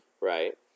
right